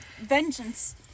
vengeance